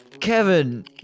Kevin